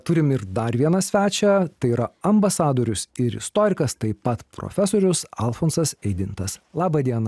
turim ir dar vieną svečią tai yra ambasadorius ir istorikas taip pat profesorius alfonsas eidintas laba diena